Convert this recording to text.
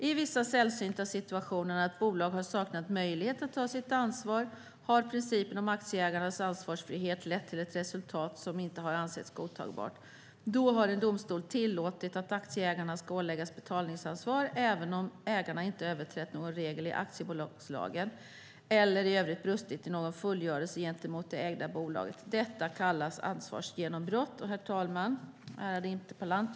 I vissa sällsynta situationer när ett bolag har saknat möjlighet att ta sitt ansvar har principen om aktieägarnas ansvarsfrihet lett till ett resultat som inte har ansetts godtagbart. Då har en domstol tillåtit att aktieägarna ska åläggas betalningsansvar även om ägarna inte överträtt någon regel i aktiebolagslagen eller i övrigt brustit i någon fullgörelse gentemot det ägda bolaget. Detta kallas ansvarsgenombrott. Herr talman! Ärade interpellant!